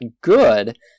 good